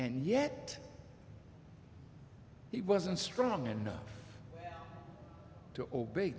and yet he wasn't strong enough to obey